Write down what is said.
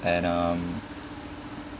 and um